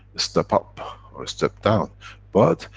step up or a step down but,